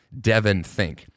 DevonThink